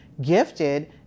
gifted